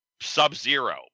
Sub-Zero